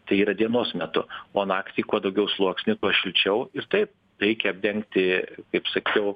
tai yra dienos metu o naktį kuo daugiau sluoksnių kuo šilčiau ir taip reikia apdengti kaip sakiau